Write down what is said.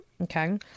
Okay